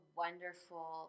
wonderful